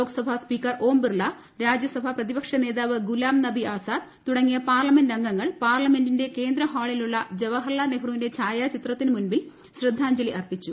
ലോക്സഭാസ്പീക്കർ ഓം ബിർള രാജ്യസഭ പ്രതിപക്ഷ നേതാവ്ഗുലാം നബി ആസാദ് തുടങ്ങിയ പാർലമെന്റ് അംഗങ്ങൾ പാർലമെന്റിന്റെ കേന്ദ്ര ഹാളിലുള്ള ജവഹർലാൽ നെഹ്റുവിന്റെ ഛായാചിത്രത്തിന് മുൻപിൽ ശ്രദ്ധാഞ്ജലി അർപ്പിച്ചു